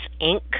Inc